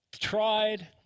tried